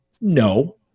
No